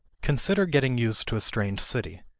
consider getting used to a strange city.